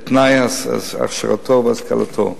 את תנאי הכשרתו והשכלתו.